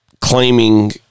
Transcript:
claiming